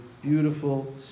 beautiful